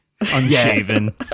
unshaven